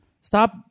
Stop